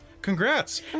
Congrats